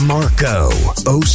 Marco